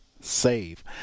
save